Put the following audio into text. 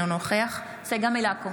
אינו נוכח צגה מלקו,